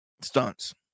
stunts